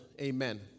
amen